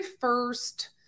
first